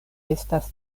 estas